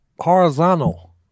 horizontal